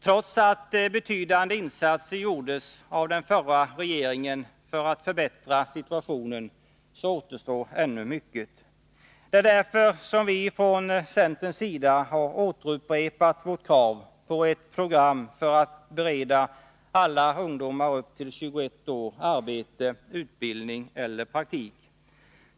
Trots att betydande insatser gjordes av den förra regeringen för att förbättra situationen, så återstår ännu mycket. Det är därför som vi från centerns sida har återupprepat vårt krav på ett program för att bereda alla ungdomar upp till 21 år arbete, utbildning eller praktik.